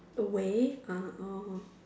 away ah orh